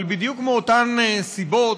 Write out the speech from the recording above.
אבל בדיוק מאותן סיבות,